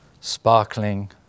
sparkling